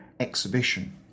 exhibition